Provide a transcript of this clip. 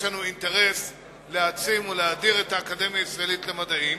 יש לנו אינטרס להעצים ולהאדיר את האקדמיה הישראלית למדעים,